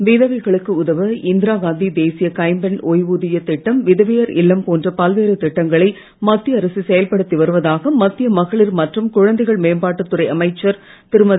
விதவைகளுக்கு உதவ இந்திரா காந்தி தேசிய கைம்பெண் ஒய்வூதியத் திட்டம் விதவையர் இல்லம் போன்ற பல்வேறு திட்டங்களை மத்திய அரசு செயல்படுத்தி வருவதாக மத்திய மகளிர் மற்றும் குழந்தைகள் மேம்பாட்டுத் துறை அமைச்சர் திருமதி